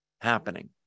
happening